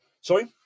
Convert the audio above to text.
Sorry